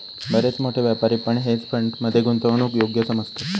बरेच मोठे व्यापारी पण हेज फंड मध्ये गुंतवणूकीक योग्य समजतत